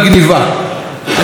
אז יש לי הצעה לראש הממשלה.